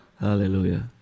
Hallelujah